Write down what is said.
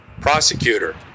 prosecutor